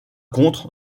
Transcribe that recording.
contre